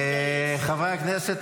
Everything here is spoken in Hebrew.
חברי הכנסת,